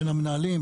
בין המנהלים,